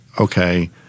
okay